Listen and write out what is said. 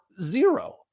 zero